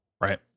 Right